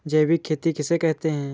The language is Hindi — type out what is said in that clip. जैविक खेती किसे कहते हैं?